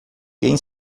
quem